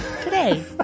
today